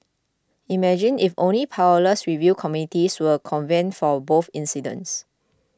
imagine if only powerless review committees were convened for both incidents